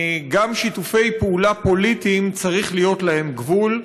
גם שיתופי פעולה פוליטיים, צריך להיות להם גבול.